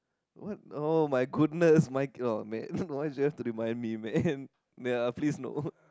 what [oh]-my-goodness Mikey man why do you have to remind me man ya please no